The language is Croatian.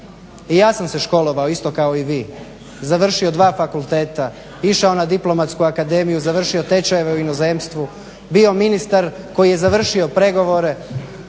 i ja sam se školovao isto kao i vi, završio dva fakulteta, išao na Diplomatsku akademiju, završio tečajeve u inozemstvu, bio ministar koji je završio pregovore,